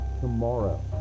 Tomorrow